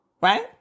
right